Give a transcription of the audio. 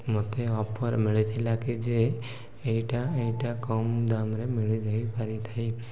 ମୋତେ ଅଫର୍ ମିଳିଥିଲା କି ଯେ ଏଇଟା ଏଇଟା କମ୍ ଦାମରେ ମିଳିଯାଇ ପାରିଥାଇ